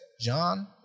John